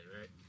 right